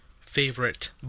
favorite